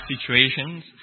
situations